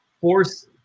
force